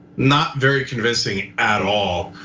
not very convincing at all.